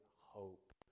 hope